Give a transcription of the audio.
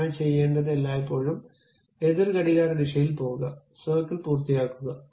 അതിനായി ചെയ്യേണ്ടത് എല്ലായ്പ്പോഴും എതിർ ഘടികാരദിശയിൽ പോകുക സർക്കിൾ പൂർത്തിയാക്കുക